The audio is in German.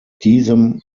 diesem